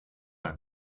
and